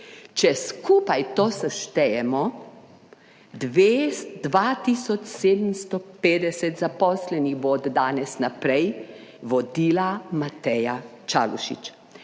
Če skupaj to seštejemo, 2 tisoč 750 zaposlenih bo od danes naprej vodila Mateja Čalušić.